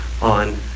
on